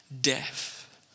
death